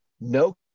no